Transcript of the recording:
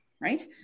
right